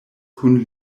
kun